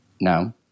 No